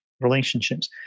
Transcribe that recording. relationships